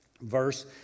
verse